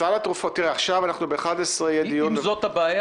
אם זאת הבעיה